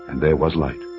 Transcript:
and there was light